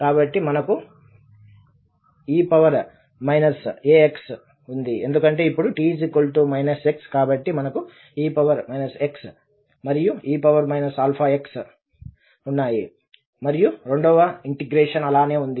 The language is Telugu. కాబట్టి మనకు e ax ఉంది ఎందుకంటే ఇప్పుడు t x కాబట్టి మనకు e ax మరియు e iαxdx ఉన్నాయి మరియు రెండవ ఇంటిగ్రేషన్ అలాగే ఉంది